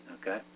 Okay